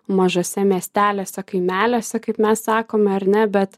mažuose miesteliuose kaimeliuose kaip mes sakome ar ne bet